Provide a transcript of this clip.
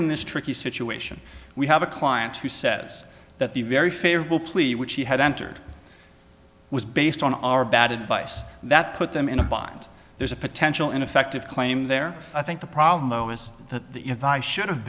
in this tricky situation we have a client who says that the very favorable plea which he had entered was based on our bad advice that put them in a bind there's a potential ineffective claim there i think the problem though is that the if i should have